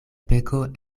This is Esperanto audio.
peko